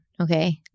okay